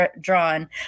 drawn